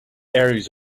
areas